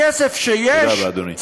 בכסף שיש, תודה רבה, אדוני.